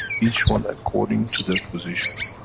each one according to their positioning.